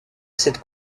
cette